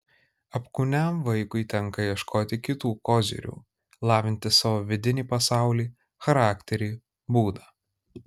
apkūniam vaikui tenka ieškoti kitų kozirių lavinti savo vidinį pasaulį charakterį būdą